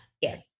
Yes